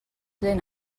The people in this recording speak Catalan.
lent